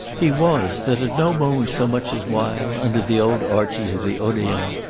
he was that at no moment so much as while, under the old arches of the odeon,